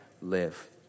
live